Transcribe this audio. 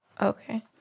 Okay